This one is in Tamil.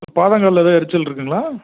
பாதங்களில் ஏதும் எரிச்சல் இருக்குதுங்களா